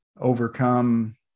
overcome